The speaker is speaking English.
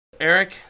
Eric